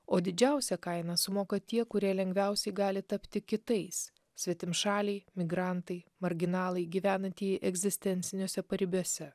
o didžiausią kainą sumoka tie kurie lengviausiai gali tapti kitais svetimšaliai migrantai marginalai gyvenantieji egzistenciniuose paribiuose